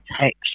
text